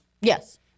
Yes